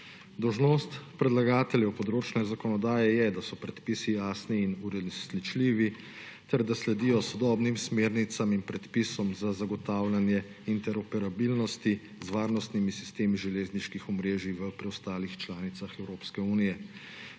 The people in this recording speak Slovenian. Dolžnost predlagateljev področne zakonodaje je, da so predpisi jasni in uresničljivi ter da sledijo sodobnim smernicam in predpisom za zagotavljanje interoperabilnosti z varnostnimi sistemi železniških omrežij v preostalih članicah Evropske unije.